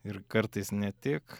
ir kartais ne tik